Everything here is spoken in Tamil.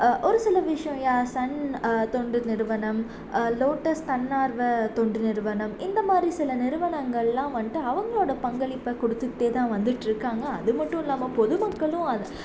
ஒரு சில விஷயம் யா சன் தொண்டு நிறுவனம் லோட்டஸ் தன்னார்வ தொண்டு நிறுவனம் இந்தமாதிரி சில நிறுவனங்களெலாம் வந்துட்டு அவங்களோட பங்களிப்பை கொடுத்துக்குட்டேதான் வந்துட்டிருக்காங்க அது மட்டும் இல்லாமல் பொது மக்களும் அதை